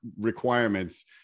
requirements